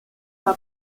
war